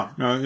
no